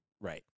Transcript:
Right